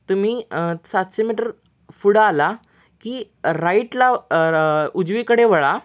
तुम्ही सातशे मीटर पुढं आला की राईटला र उजवीकडे वळा